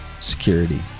security